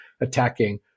attacking